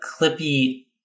Clippy